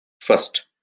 First